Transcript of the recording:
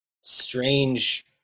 strange